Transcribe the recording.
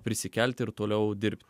prisikelti ir toliau dirbti